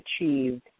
achieved